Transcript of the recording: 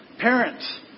parents